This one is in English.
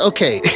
Okay